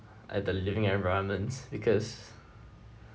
at the living environment because